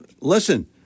Listen